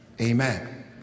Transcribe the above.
amen